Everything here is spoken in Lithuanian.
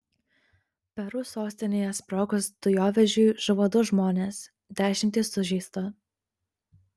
peru sostinėje sprogus dujovežiui žuvo du žmonės dešimtys sužeista